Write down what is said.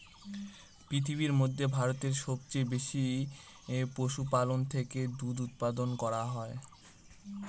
পৃথিবীর মধ্যে ভারতে সবচেয়ে বেশি পশুপালন থেকে দুধ উপাদান করা হয়